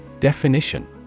Definition